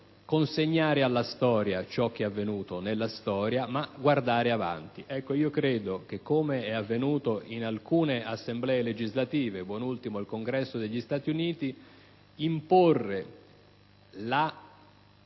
consegnare alla storia ciò che è avvenuto, e guardare avanti. Credo che, come è avvenuto in alcune Assemblee legislative, da ultimo nel Congresso degli Stati Uniti, imporre la